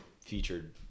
featured